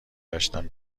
داشتن